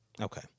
Okay